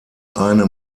eine